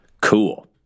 cool